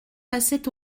passaient